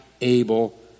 able